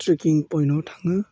trekking पयेन्टआव थाङो